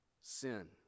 sin